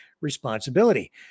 responsibility